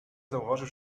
zauważył